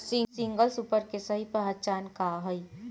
Single super के सही पहचान का हई?